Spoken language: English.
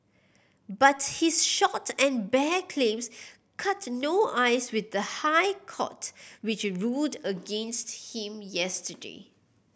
but his short and bare claims cut no ice with the High Court which ruled against him yesterday